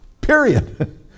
period